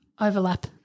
overlap